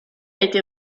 été